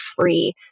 free